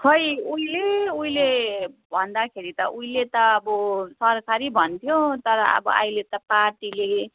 खै उहिले उहिले भन्दाखेरि त उहिले त अब सरकारी भन्थ्यो तर अब अहिले त पार्टीले